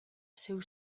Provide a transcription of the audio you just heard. zeu